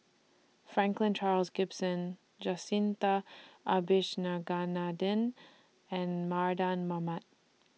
Franklin Charles Gimson Jacintha Abisheganaden and Mardan Mamat